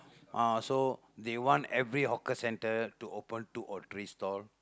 ah so they want every hawker centre to open two or three stall